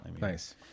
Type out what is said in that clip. Nice